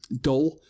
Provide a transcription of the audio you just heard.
dull